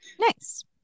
nice